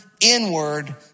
inward